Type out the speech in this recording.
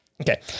Okay